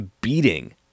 beating